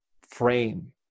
frame